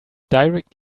direct